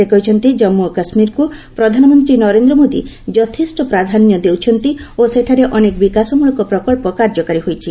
ସେ କହିଛନ୍ତି ଜାମ୍ମୁ ଓ କାଶୁୀରକୁ ପ୍ରଧାନମନ୍ତ୍ରୀ ନରେନ୍ଦ୍ର ମୋଦୀ ଯଥେଷ୍ଟ ପ୍ରାଧାନ୍ୟ ଦେଉଛନ୍ତି ଓ ସେଠାରେ ଅନେକ ବିକାଶମଳକ ପ୍ରକଳ୍ପ କାର୍ଯ୍ୟକାରୀ ହୋଇଛି